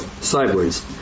sideways